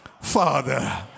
father